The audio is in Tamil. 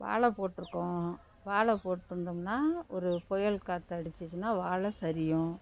வாழை போட்டுருக்கோம் வாழை போற்றுந்தோமுன்னா ஒரு புயல் காற்று அடிச்சிச்சின்னா வாழை சரியும்